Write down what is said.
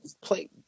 play